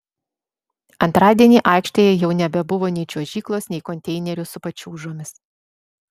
antradienį aikštėje jau nebebuvo nei čiuožyklos nei konteinerių su pačiūžomis